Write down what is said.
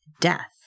death